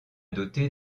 doté